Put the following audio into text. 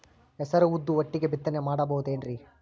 ಹೆಸರು ಉದ್ದು ಒಟ್ಟಿಗೆ ಬಿತ್ತನೆ ಮಾಡಬೋದೇನ್ರಿ?